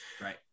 right